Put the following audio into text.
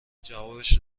جوابشو